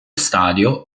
stadio